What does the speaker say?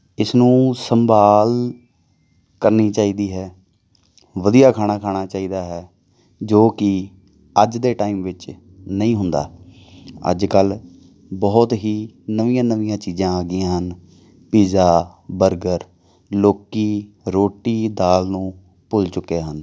ਇਸ ਨੂੰ ਸੰਭਾਲ ਕਰਨੀ ਚਾਹੀਦੀ ਹੈ ਵਧੀਆ ਖਾਣਾ ਖਾਣਾ ਚਾਹੀਦਾ ਹੈ ਜੋ ਕਿ ਅੱਜ ਦੇ ਟਾਈਮ ਵਿੱਚ ਨਹੀਂ ਹੁੰਦਾ ਅੱਜ ਕੱਲ੍ਹ ਬਹੁਤ ਹੀ ਨਵੀਆਂ ਨਵੀਆਂ ਚੀਜ਼ਾਂ ਆ ਗਈਆਂ ਹਨ ਪੀਜ਼ਾ ਬਰਗਰ ਲੋਕ ਰੋਟੀ ਦਾਲ ਨੂੰ ਭੁੱਲ ਚੁੱਕੇ ਹਨ